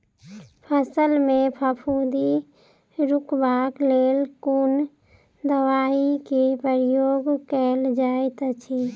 फसल मे फफूंदी रुकबाक लेल कुन दवाई केँ प्रयोग कैल जाइत अछि?